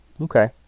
Okay